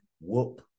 whoop